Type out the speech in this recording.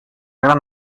gran